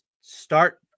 Start